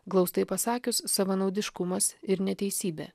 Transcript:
glaustai pasakius savanaudiškumas ir neteisybė